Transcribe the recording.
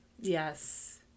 Yes